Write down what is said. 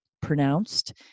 pronounced